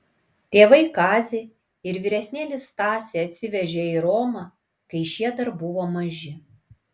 tėvai kazį ir vyresnėlį stasį atsivežė į romą kai šie dar buvo maži